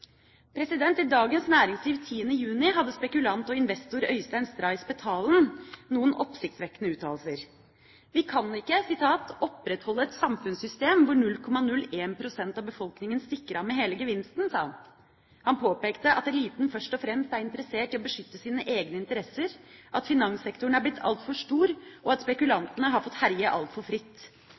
I Dagens Næringsliv 10. juni hadde spekulant og investor Øystein Stray Spetalen noen oppsiktsvekkende uttalelser. Vi kan ikke «opprettholde et samfunnssystem hvor 0,01 pst. av befolkningen stikker av med hele gevinsten», sa han. Han påpekte at eliten først og fremst er interessert i å beskytte sine egne interesser, at finanssektoren er blitt altfor stor, og at spekulantene har fått herje altfor fritt.